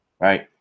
right